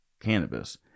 cannabis